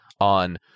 on